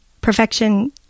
perfection